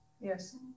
yes